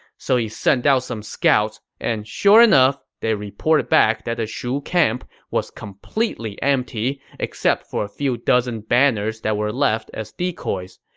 so he sent out some scouts, and sure enough, they reported back that the shu camp was completely empty except for a few dozen banners that were left as decoys.